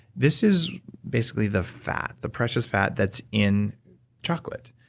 this is basically the fat, the precious fat, that's in chocolate.